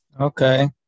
Okay